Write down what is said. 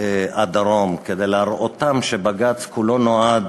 הדרום כדי להראותם שבג"ץ כולו נועד,